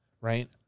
right